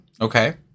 Okay